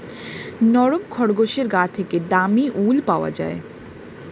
নরম খরগোশের গা থেকে দামী উল পাওয়া যায়